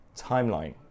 timeline